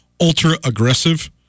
ultra-aggressive